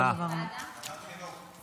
ועדת חינוך.